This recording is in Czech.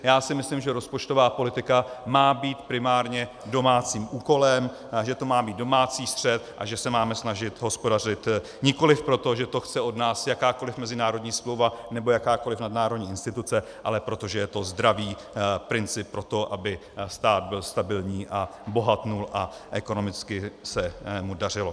Já si myslím, že rozpočtová politika má být primárně domácím úkolem, že to má být domácí střet a že se máme snažit hospodařit nikoliv proto, že to chce od nás jakákoliv mezinárodní smlouva nebo jakákoliv nadnárodní instituce, ale proto, že je to zdravý princip pro to, aby stát byl stabilní a bohatl a ekonomicky se mu dařilo.